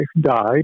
died